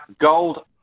Gold